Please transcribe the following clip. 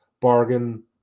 bargain